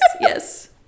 yes